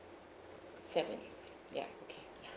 seven ya okay ya